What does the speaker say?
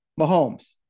Mahomes